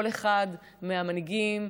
כל אחד מהמנהיגים,